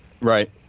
Right